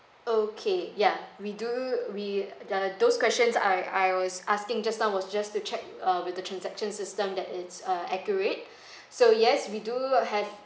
okay yeah we do we ah those questions I I was asking just now was just to check uh with the transaction system that it's uh accurate so yes we do had